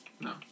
No